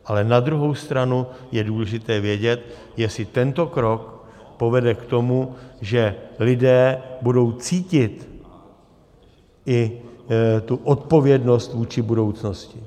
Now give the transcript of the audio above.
Ale na druhou stranu je důležité vědět, jestli tento krok povede k tomu, že lidé budou cítit i tu odpovědnost vůči budoucnosti.